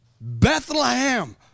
Bethlehem